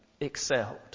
excelled